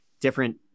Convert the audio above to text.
different